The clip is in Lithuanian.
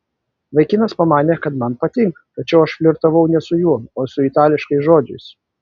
vaikinas pamanė kad man patinka tačiau aš flirtavau ne su juo o su itališkais žodžiais